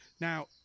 now